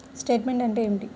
Statement అంటే ఏమిటి?